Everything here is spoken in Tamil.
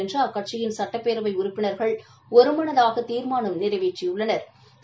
என்று அக்கட்சியின் சட்டப்பேரவை உறுப்பினா்கள் ஒருமனதாக தீாமானம் நிறைவேற்றியுள்ளனா்